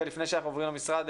לפני שאנחנו עוברים למשרד,